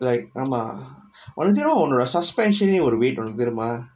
like ஆமா வந்துரு உன்னோட:aamaa vanthuru unnoda suspension னா ஒரு:naa oru weight உனக்கு தெரியுமா:unakku teriyumaa